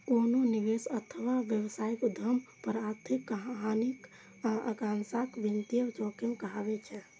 कोनो निवेश अथवा व्यावसायिक उद्यम पर आर्थिक हानिक आशंका वित्तीय जोखिम कहाबै छै